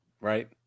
Right